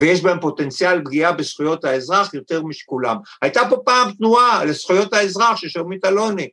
‫ויש בהם פוטנציאל פגיעה ‫בזכויות האזרח יותר משכולם. ‫הייתה פה פעם תנועה לזכויות האזרח ‫של שולמית אלוני.